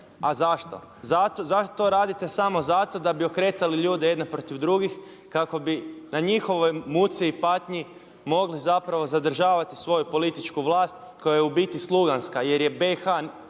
A zašto? To radite samo zato da bi okretali ljude jedne protiv drugih kako bi na njihovoj muci i patnji mogli zapravo zadržavati svoju političku vlast koja je u biti sluganska jer je BiH